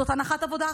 זאת הנחת עבודה אחת.